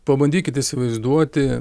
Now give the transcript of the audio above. pabandykit įsivaizduoti